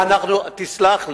תסלח לי.